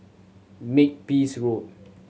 Makepeace Road